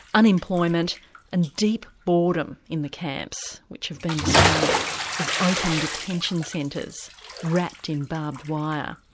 unemployment and deep boredom in the camps, which have been described as open detention centres wrapped in barbed wire.